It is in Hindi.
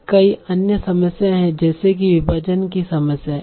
फिर कई अन्य समस्याएं हैं जैसे कि विभाजन की समस्या